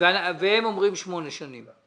והם אומרים שמונה שנים.